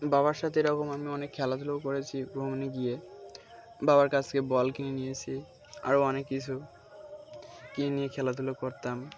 বাবার সাথ এরকম আমি অনেক খেলাধুলো করেছি ভ্রমণে গিয়ে বাবার কাছকে বল কিনে নিয়েছি আরও অনেক কিছু গিয়ে নিয়ে খেলাধুলো করতাম